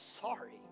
sorry